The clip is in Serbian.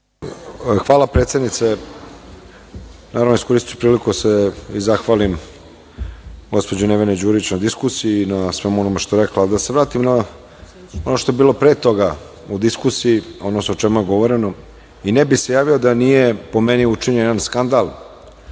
Hvala, predsednice. Naravno, iskoristiću priliku da se zahvalim gospođi Neveni Đurić na diskusiji, na svemu onome što je rekla, ali da se vratim na ono što je bilo pre toga u diskusiji, odnosno o čemu je govoreno i ne bih se javio da nije, po meni, učinjen skandal